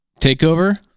takeover